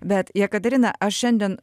bet jekaterina aš šiandien